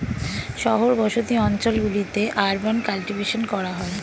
শহর বসতি অঞ্চল গুলিতে আরবান কাল্টিভেশন করা হয়